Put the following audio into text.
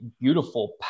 beautiful